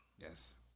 Yes